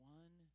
one